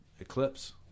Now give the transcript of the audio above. Eclipse